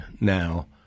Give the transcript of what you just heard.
now